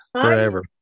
forever